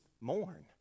mourn